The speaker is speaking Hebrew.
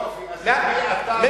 יופי, אז את מי אתה היית ממנה?